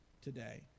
today